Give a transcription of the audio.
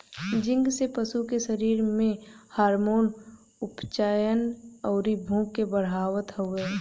zinc से पशु के शरीर में हार्मोन, उपापचयन, अउरी भूख के बढ़ावत हवे